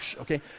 okay